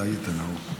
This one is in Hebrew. טעית נאור.